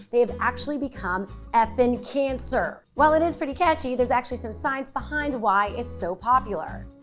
they have actually become effing cancer. while it is pretty catchy, there's actually some science behind why it's so popular.